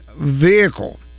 vehicle